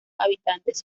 habitantes